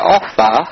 offer